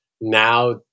Now